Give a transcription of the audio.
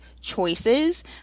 choices